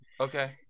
Okay